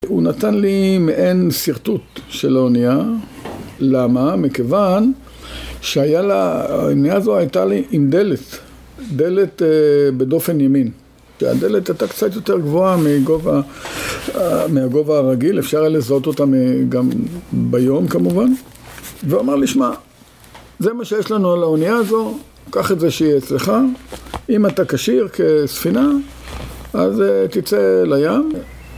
הוא נתן לי מעין שרטוט של האונייה למה? מכיוון שהאונייה הזו הייתה לי עם דלת דלת בדופן ימין הדלת הייתה קצת יותר גבוהה מהגובה הרגיל אפשר היה לזהות אותה גם ביום כמובן והוא אמר לי, שמע, זה מה שיש לנו על האונייה הזו קח את זה שיהיה אצלך אם אתה כשיר כספינה אז תצא לים